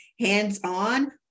hands-on